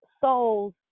souls